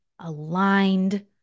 aligned